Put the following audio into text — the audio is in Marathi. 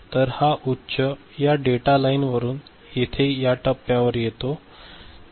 तर हा उच्च या डेटा लाईनवरुन येथे या टप्प्यावर येते